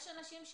יש אנשים,